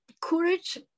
Courage